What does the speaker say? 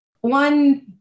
One